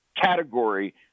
category